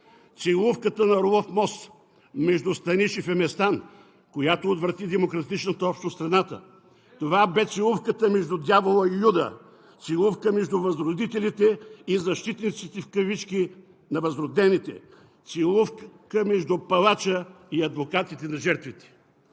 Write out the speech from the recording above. целувката на „Орлов мост“ между Станишев и Местан, която отврати демократичната общност в страната. Това бе целувката между Дявола и Юда, целувка между „възродителите“ и „защитниците“ на възродените, целувка между палача и адвокатите на жертвите.